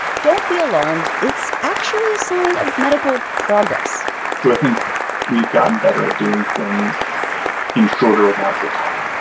don't be alarmed. it's actually a sign of medical progress so think we've gotten better at doing things in shorter amounts of time,